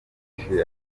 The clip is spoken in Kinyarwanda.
myinshi